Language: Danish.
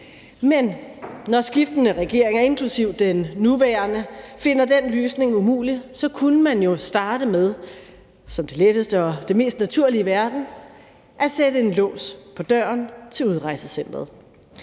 Men når skiftende regeringer, inklusive den nuværende, finder den løsning umulig, kunne man jo starte med som det letteste og det mest naturlige i verden at sætte en lås på døren til udrejsecenteret.